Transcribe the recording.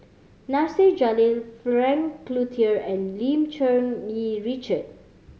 Nasir Jalil Frank Cloutier and Lim Cherng Yih Richard